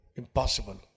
impossible